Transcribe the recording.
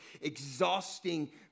exhausting